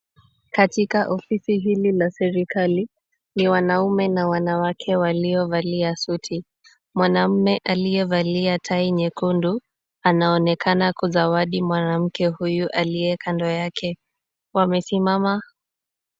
Katika ofisi hili la serikali, ni wanaume na wanawake waliovalia suti. Mwanamme aliyevalia tai nyekundu, anaonekana kuzawadi mwanamke huyu aliye kando yake. Wamesimama.